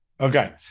Okay